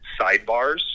sidebars